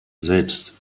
selbst